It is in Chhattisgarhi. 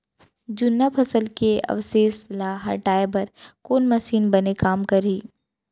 जुन्ना फसल के अवशेष ला हटाए बर कोन मशीन बने काम करही?